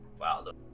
wow